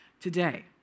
today